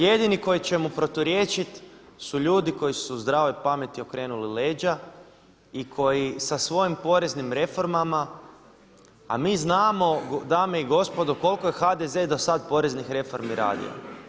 Jedini koji će mu proturječiti su ljudi koji su zdrave pameti okrenuli leđa i koji sa svojim poreznim reformama, a mi znamo dame i gospodo koliko je HDZ do sada poreznih reformi radio.